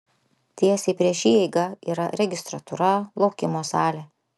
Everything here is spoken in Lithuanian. tiesiai prieš įeigą yra registratūra laukimo salė